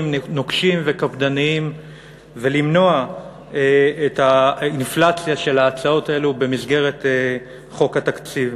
נוקשים וקפדניים ולמנוע את האינפלציה של ההצעות האלה במסגרת חוק התקציב.